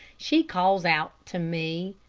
she calls out to me,